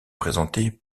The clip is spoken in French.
présentée